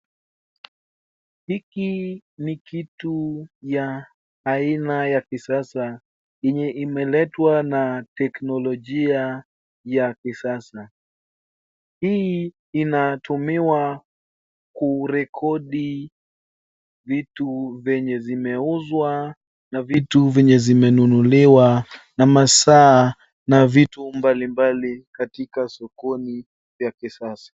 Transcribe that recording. Hiki ni kitu ya aina ya kisasa yenye imeletwa na teknologia ya kisasa. Hii inatumiwa kurekodi vitu venye zimeuzwa na vitu venye zimenunuliwa na masaa na vitu mbalimbali katika sokoni ya kisasa.